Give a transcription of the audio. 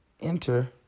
Enter